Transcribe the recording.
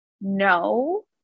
no